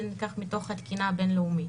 זה נלקח מתוך התקינה הבין-לאומית.